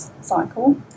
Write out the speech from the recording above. cycle